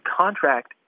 contract